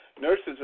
Nurses